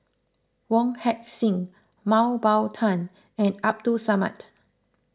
Wong Heck Sing Mah Bow Tan and Abdul Samad